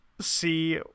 see